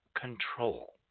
control